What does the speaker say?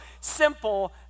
simple